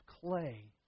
clay